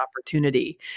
opportunity